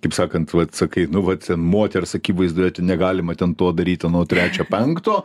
kaip sakant vat sakai nu vat moters akivaizdoje ten negalima ten to daryti ano trečio penkto